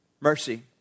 mercy